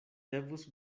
devus